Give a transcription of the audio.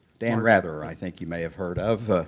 dan rather, i think you may have heard of,